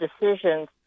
decisions